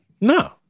no